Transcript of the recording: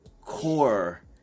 core